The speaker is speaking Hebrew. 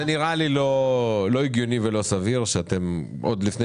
זה נראה לי לא הגיוני ולא סביר שאתם עוד לפני